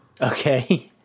Okay